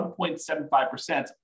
1.75%